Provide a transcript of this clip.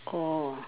oh